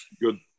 Good